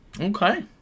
Okay